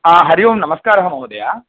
हा हरिः ओं नमस्कारः महोदय